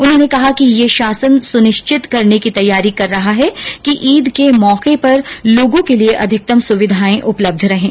उन्होंने कहा कि शासन यह सुनिश्चित करने की तैयारी कर रहा है कि ईद के मौके पर लोगों के लिए अधिकतम सुविधाएं उपलब्ध रहें